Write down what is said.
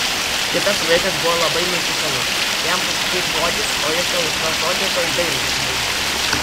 kitas vaikas buvo labai muzikalus jam pasakyk žodį o jis tau iš to žodžio tuoj dainą sudainuos